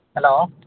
hello